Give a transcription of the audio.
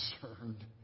concerned